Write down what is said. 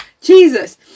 Jesus